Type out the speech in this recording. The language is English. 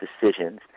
decisions